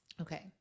Okay